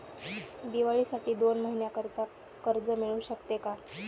दिवाळीसाठी दोन महिन्याकरिता कर्ज मिळू शकते का?